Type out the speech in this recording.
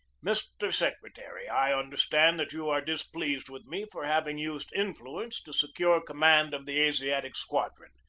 mr. secretary, i understand that you are dis pleased with me for having used influence to secure command of the asiatic squadron.